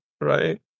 right